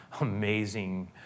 amazing